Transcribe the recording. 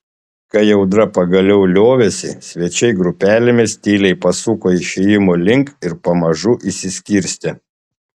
kai audra pagaliau liovėsi svečiai grupelėmis tyliai pasuko išėjimo link ir pamažu išsiskirstė